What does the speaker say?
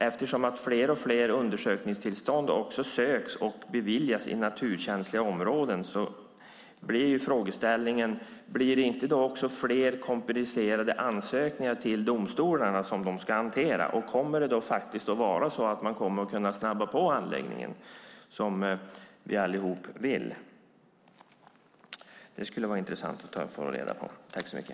Eftersom fler och fler undersökningstillstånd söks och beviljas i naturkänsliga områden får det mig att tänka på frågeställningen: Kommer det också fler komplicerade ansökningar till domstolarna som de ska hantera? Kommer man då att kunna snabba på handläggningen, som vi alla vill? Det skulle vara intressant att få reda på det.